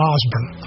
Osborne